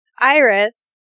Iris